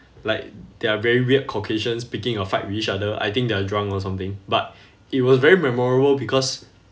like there are very weird caucasians picking a fight with each other I think they are drunk or something but it was very memorable because